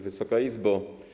Wysoka Izbo!